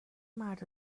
مرد